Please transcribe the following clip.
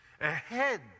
ahead